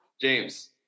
James